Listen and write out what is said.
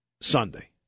Sunday